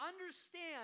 understand